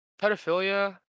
pedophilia